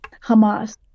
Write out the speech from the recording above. Hamas